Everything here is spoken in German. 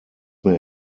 mehr